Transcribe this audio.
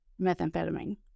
methamphetamine